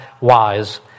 wise